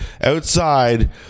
outside